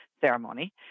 ceremony